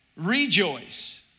Rejoice